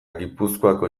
gipuzkoako